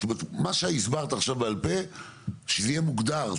זאת אומרת מה שהסברת עכשיו בעל פה שזה יהיה מוגדר.